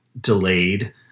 delayed